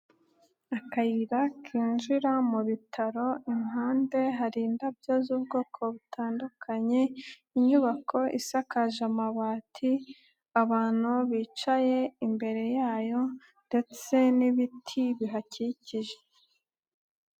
Akayira kinjira mu bitaro iruhande hari indabyo z'ubwoko butandukanye, inyubako isakaje amabati, abantu bicaye imbere yayo ndetse n'ibiti bihakikije.